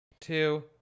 two